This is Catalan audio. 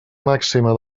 màxima